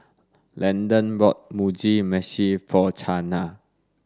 Landen bought Mugi Meshi for Chana